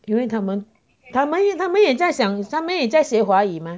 因为他们他们也他们也在想他们也在学华语吗